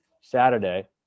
saturday